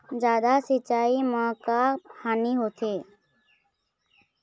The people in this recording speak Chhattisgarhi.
जादा सिचाई म का हानी होथे?